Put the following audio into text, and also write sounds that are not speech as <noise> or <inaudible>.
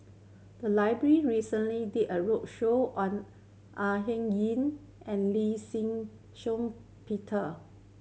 the library recently did a roadshow on Au Hing Yee and Lee <unintelligible> Shiong Peter